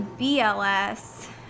BLS